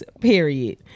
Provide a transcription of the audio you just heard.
Period